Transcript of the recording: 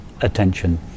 attention